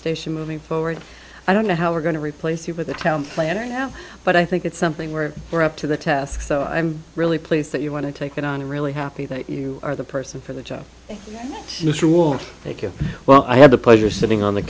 station moving forward i don't know how we're going to replace you with a town planner now but i think it's something where we're up to the task so i'm really pleased that you want to take it on i'm really happy that you are the person for the job mr warren thank you well i had the pleasure sitting on the